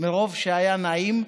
מרוב שהיה נעים.